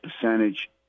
percentage